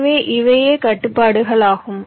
எனவே இவையே கட்டுப்பாடுகள் ஆகும்